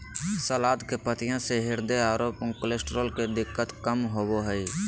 सलाद के पत्तियाँ से हृदय आरो कोलेस्ट्रॉल के दिक्कत कम होबो हइ